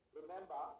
remember